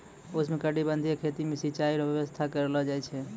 उष्णकटिबंधीय खेती मे सिचाई रो व्यवस्था करलो जाय छै